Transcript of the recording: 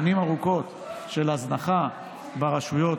שנים ארוכות של הזנחה ברשויות